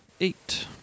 eight